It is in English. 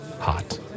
hot